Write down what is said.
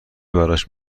براش